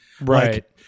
Right